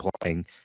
playing